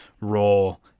role